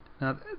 Now